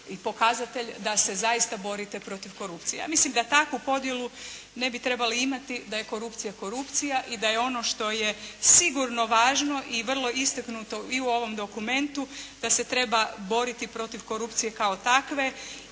i pokazatelja da se zaista borite protiv korupcije. Ja mislim da takvu podjelu ne bi trebali imati, da je korupcija korupcija i da je ono što je sigurno važno i vrlo istaknuto i u ovom dokumentu, da se treba boriti protiv korupcije kao takve